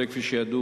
הרי כפי שידוע,